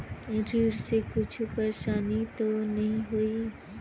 ऋण से कुछु परेशानी तो नहीं होही?